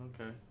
Okay